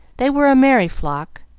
they were a merry flock,